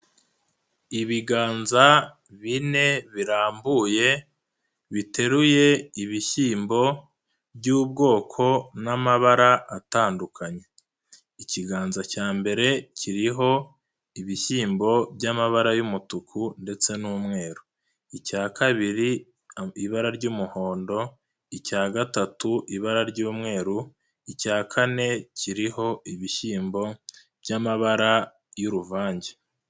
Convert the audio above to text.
Ibiganza bine birambuye biteruye ibishyiyimbo by'ubwoko n'amabara atandukanye, ikiganza cya mbere kiriho ibishyimbo by'amabara y'umutuku ndetse n'umweru, icya kabiri ibara ry'umuhondo, icya gatatu ibara ry'umweru, icya kane kiriho ibishyimbo by'amabara y'uruvange.